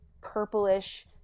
purplish